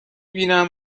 بینم